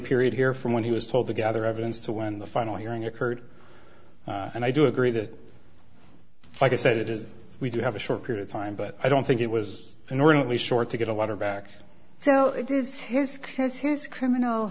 period here from when he was told to gather evidence to when the final hearing occurred and i do agree that like i said it is we do have a short period of time but i don't think it was an orderly sort to get a letter back